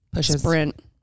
sprint